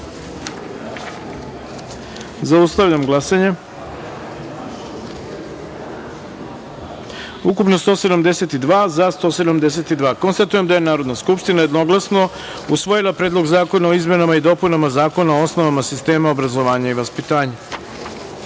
taster. Zaustavljam glasanje: ukupno – 172, za – 172.Konstatujem da je Narodna skupština jednoglasno usvojila Predlog zakona o izmenama i dopunama Zakona o osnovama sistema obrazovanja i vaspitanja. Peta